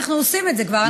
אנחנו עושים את זה כבר.